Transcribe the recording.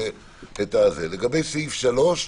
לגבי סעיף 3,